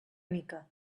mica